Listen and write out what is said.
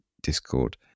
Discord